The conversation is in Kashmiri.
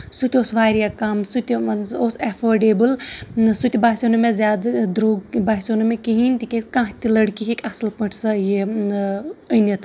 سُہ تہِ اوس واریاہ کَم سُہ تہِ مان ژٕ اوس ایٚفٲرڈیبٕل سُہ تہِ باسیٚو نہٕ مےٚ زیادٕ درٛوگ باسیٚو نہٕ مےٚ کِہینۍ تِکیازِ کانہہ تہِ لٔڈکی ہیٚکہِ اَصٕل پٲٹھۍ سۄ یہِ أنِتھ